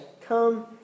come